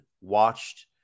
watched